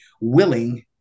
willing